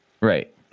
Right